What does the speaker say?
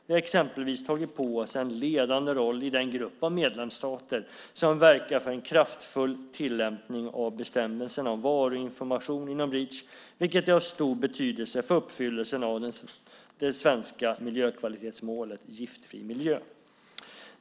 Vi har exempelvis tagit på oss en ledande roll i den grupp av medlemsstater som verkar för en kraftfull tillämpning av bestämmelserna om varuinformation inom Reach, vilket är av stor betydelse för uppfyllelsen av det svenska miljökvalitetsmålet Giftfri miljö.